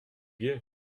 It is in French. gai